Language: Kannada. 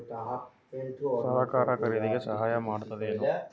ಸರಕಾರ ಖರೀದಿಗೆ ಸಹಾಯ ಮಾಡ್ತದೇನು?